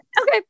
Okay